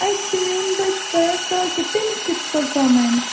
اَتہِ چھُ میٛون بچہِ پران ساکِب تٔمِس کِژھ پٔرفارمٮ۪نٕس